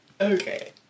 Okay